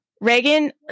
Reagan